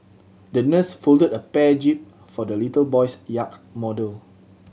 the nurse folded a bear jib for the little boy's yacht model